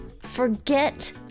forget